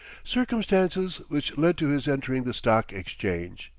circumstances which led to his entering the stock exchange.